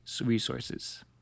resources